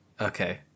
Okay